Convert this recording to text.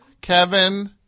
Kevin